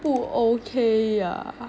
不 okay ah